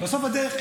הדרך,